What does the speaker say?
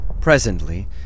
Presently